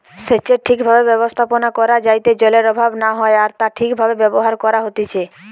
সেচের ঠিক ভাবে ব্যবস্থাপনা করা যাইতে জলের অভাব না হয় আর তা ঠিক ভাবে ব্যবহার করা হতিছে